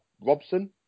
Robson